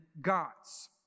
gods